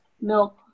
milk